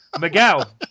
Miguel